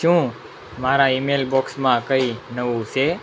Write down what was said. શું મારા ઈમેઇલ બોક્સમાં કંઇ નવું છે